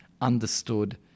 understood